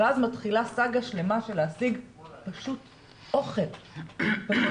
ואז מתחילה סאגה שלמה של להשיג פשוט אוכל לילוד.